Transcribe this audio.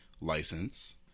license